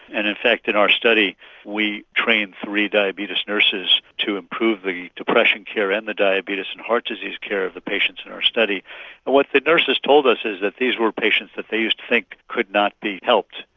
and in fact in our study we trained three diabetes nurses to improve the depression care and the diabetes and heart disease care of the patients in our study. and what the nurses told us is that these were patients that they used to think could not be helped,